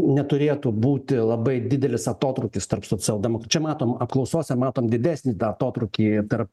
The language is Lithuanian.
neturėtų būti labai didelis atotrūkis tarp socialdem čia matom apklausose matom didesnį atotrūkį tarp